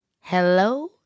Hello